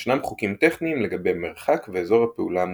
ישנם חוקים טכניים לגבי מרחק ואזור הפעולה המותרים.